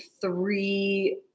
three